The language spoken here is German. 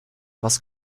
was